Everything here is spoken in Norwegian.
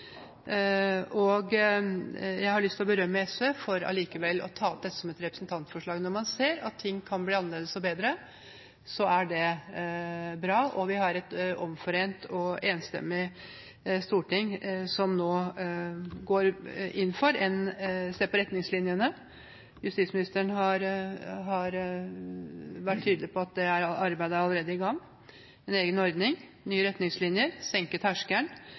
sist. Jeg har lyst å berømme SV for likevel å ta opp dette som et representantforslag. Når man ser at ting kan bli annerledes og bedre, er det bra. Vi har et omforent og enstemmig storting som nå går inn for å se på retningslinjene. Justisministeren har vært tydelig på at det arbeidet allerede er i gang. Det blir en egen ordning, nye retningslinjer,